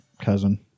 cousin